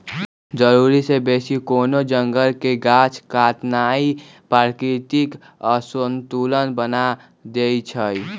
जरूरी से बेशी कोनो जंगल के गाछ काटनाइ प्राकृतिक असंतुलन बना देइछइ